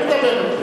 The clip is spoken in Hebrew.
הוא מדבר עכשיו.